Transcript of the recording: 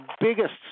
biggest